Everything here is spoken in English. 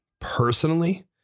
Personally